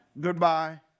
Goodbye